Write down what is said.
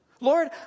Lord